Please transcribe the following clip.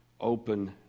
open